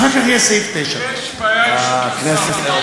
אחר כך יהיה סעיף 9. יש בעיה, ברשות השר.